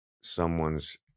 someone's